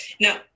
Now